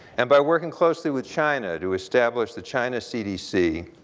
and by working closely with china to establish the china cdc,